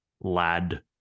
Lad